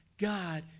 God